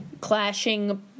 clashing